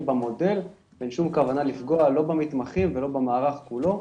במודל ואין שום כוונה לפגוע לא במתחמים ולא במערך כולו.